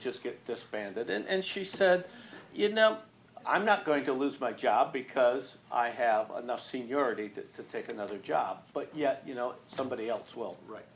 just get disbanded and she said you know i'm not going to lose my job because i have enough seniority to take another job but yet you know somebody else well right